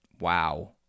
Wow